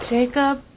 Jacob